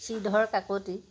Sridhar Kakati